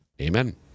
Amen